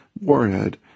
Warhead